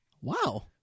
Wow